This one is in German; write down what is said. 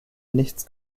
nichts